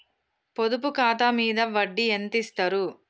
పొదుపు ఖాతా మీద వడ్డీ ఎంతిస్తరు?